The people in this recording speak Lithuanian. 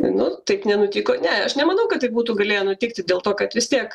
nu taip nenutiko ne aš nemanau kad taip būtų galėję nutikti dėl to kad vis tiek